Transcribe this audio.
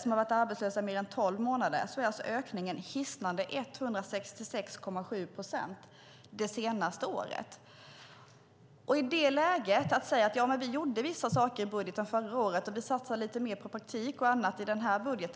som har varit arbetslösa i mer än tolv månader är ökningen hisnande 166,7 procent det senaste året. I det läget säger man: Vi gjorde vissa saker i budgeten förra året. Vi satsar lite mer på praktik och annat i denna budget.